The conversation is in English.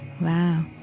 Wow